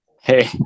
Hey